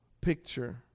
picture